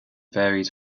varied